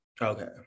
Okay